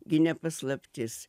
gi ne paslaptis